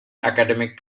academic